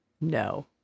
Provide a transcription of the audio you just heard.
No